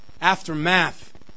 Aftermath